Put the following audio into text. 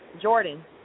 Jordan